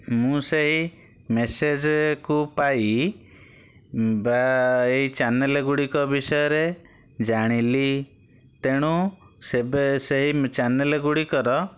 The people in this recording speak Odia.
ମୁଁ ସେହି ମେସେଜେକୁ ପାଇ ବା ଏହି ଚ୍ୟାନେଲ ଗୁଡ଼ିକ ବିଷୟରେ ଜାଣିଲି ତେଣୁ ସେବେ ସେଇ ଚ୍ୟାନେଲ ଗୁଡ଼ିକର